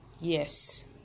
yes